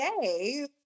today